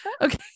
Okay